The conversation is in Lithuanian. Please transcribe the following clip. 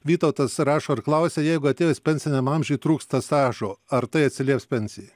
vytautas rašo ir klausia jeigu atėjus pensiniam amžiui trūksta stažo ar tai atsilieps pensijai